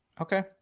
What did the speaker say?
Okay